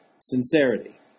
sincerity